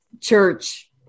church